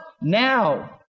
now